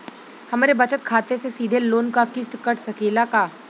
हमरे बचत खाते से सीधे लोन क किस्त कट सकेला का?